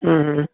ਹਮ